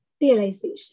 realization